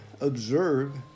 observe